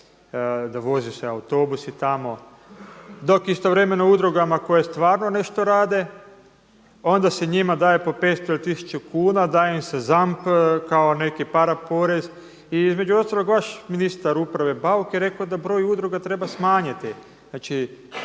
da voze se autobusi tamo. Dok istovremeno udrugama koje stvarno nešto rade, onda se njima daje po 500 ili 1000 kuna, daje im se ZAMP kao neki para porez. I između ostalog vaš ministar uprave Bauk je rekao da broj udruga treba smanjiti, znači